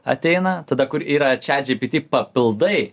ateina tada kur yra čat džipiti papildai